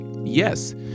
Yes